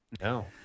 No